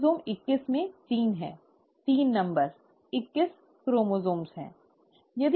गुणसूत्र इक्कीस में तीन है तीन नंबर इक्कीस गुणसूत्र हैं